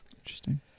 Interesting